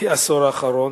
העשור האחרון,